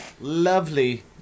lovely